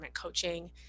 coaching